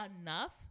enough